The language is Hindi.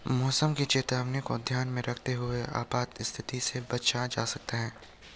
मौसम की चेतावनी को ध्यान में रखते हुए आपात स्थिति से बचा जा सकता है